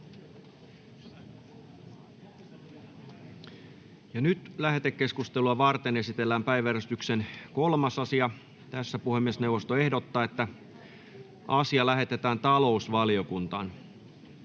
Lähetekeskustelua varten esitellään päiväjärjestyksen 5. asia. Puhemiesneuvosto ehdottaa, että asia lähetetään liikenne-